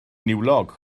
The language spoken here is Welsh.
niwlog